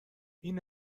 این